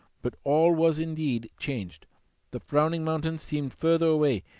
but all was indeed changed the frowning mountains seemed further away,